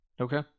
Okay